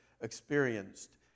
experienced